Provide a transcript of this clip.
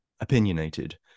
opinionated